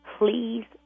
Please